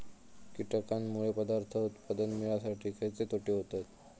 कीटकांनमुळे पदार्थ उत्पादन मिळासाठी खयचे तोटे होतत?